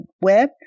Web